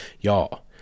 Y'all